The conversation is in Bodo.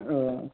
औ